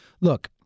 look